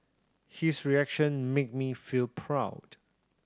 his reaction made me feel proud